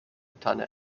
tanne